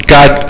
God